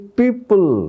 people